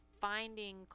finding